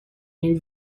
این